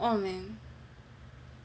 !aww! man